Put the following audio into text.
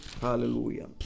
Hallelujah